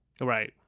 Right